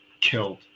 killed